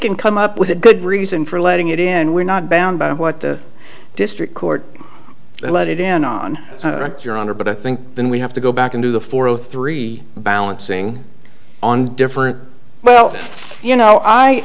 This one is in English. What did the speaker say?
can come up with a good reason for letting it in we're not bound by what the district court let it in on your honor but i think then we have to go back into the four zero three balancing on different well you know